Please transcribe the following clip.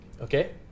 Okay